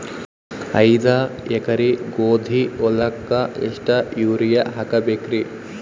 ಐದ ಎಕರಿ ಗೋಧಿ ಹೊಲಕ್ಕ ಎಷ್ಟ ಯೂರಿಯಹಾಕಬೆಕ್ರಿ?